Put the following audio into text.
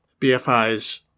BFI's